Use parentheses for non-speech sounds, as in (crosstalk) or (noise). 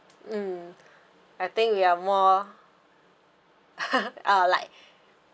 mm I think we're more (laughs) or like